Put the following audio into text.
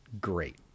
great